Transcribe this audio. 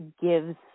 gives